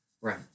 Right